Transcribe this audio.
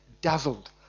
dazzled